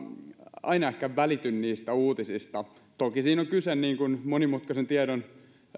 aina ehkä välity niistä uutisista toki siinä on kyse monimutkaisen tiedon